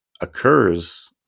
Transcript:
occurs